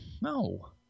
No